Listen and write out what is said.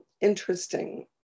interesting